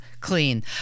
clean